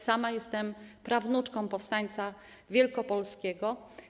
Sama jestem prawnuczką powstańca wielkopolskiego.